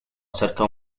cerca